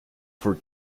for